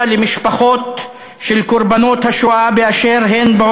למשפחות של קורבנות השואה באשר הן,